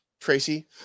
tracy